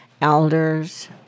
elders